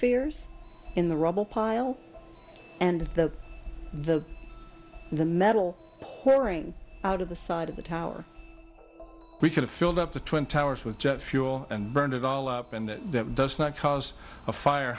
microspheres in the rubble pile and that the the metal whoring out of the side of the tower could have filled up the twin towers with jet fuel and burned it all up and that that does not cause a fire